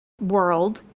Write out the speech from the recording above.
world